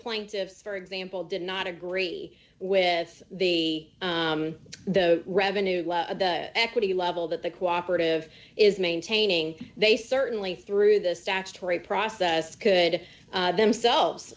plaintiffs for example did not agree with the the revenue equity level that the cooperative is maintaining they certainly through the statutory process could themselves